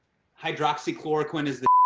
hydroxychloroquine is the